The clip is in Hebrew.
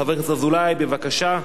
חבר הכנסת אזולאי, בבקשה.